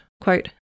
quote